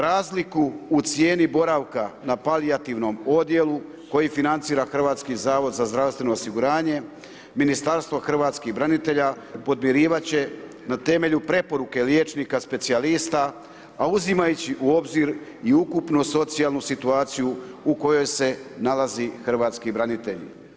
Razliku u cijeni boravka na palijativnom odjelu koji financira Hrvatski zavod za zdravstveno osiguranje Ministarstvo hrvatskih branitelja podmirivati će na temelju preporuke liječnika specijalista a uzimajući u obzir i ukupnu socijalnu situaciju u kojoj se nalaze hrvatski branitelji.